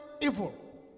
evil